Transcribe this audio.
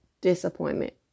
Disappointment